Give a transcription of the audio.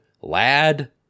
lad